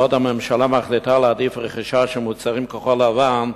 בעוד הממשלה מחליטה להעדיף רכישה של מוצרים כחול-לבן,